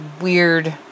weird